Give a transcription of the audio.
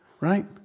right